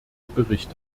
berichte